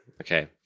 Okay